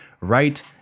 right